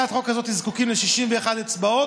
להצעת החוק הזאת זקוקים ל-61 אצבעות,